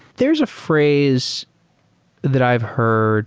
there's a phrase that i've heard